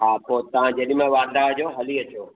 हा पोइ तव्हां जेॾी महिल वांधा हुजो हली अचो